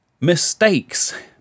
mistakes